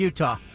Utah